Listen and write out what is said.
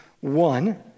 one